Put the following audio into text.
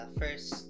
first